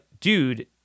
dude